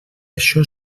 això